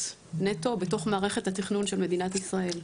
נטו בתוך מערכת התכנון של מדינת ישראל,